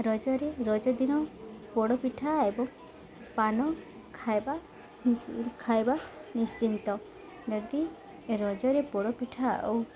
ରଜରେ ରଜଦିନ ପୋଡ଼ପିଠା ଏବଂ ପାନ ଖାଇବା ଖାଇବା ନିଶ୍ଚିନ୍ତ ଯଦି ରଜରେ ପୋଡ଼ପିଠା ଆଉ